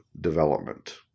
development